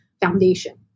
foundation